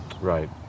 right